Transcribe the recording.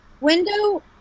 Window